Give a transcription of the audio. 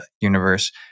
universe